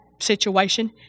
situation